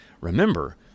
Remember